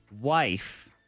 wife